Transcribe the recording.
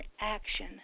action